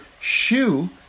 shoe